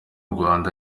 rwanda